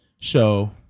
show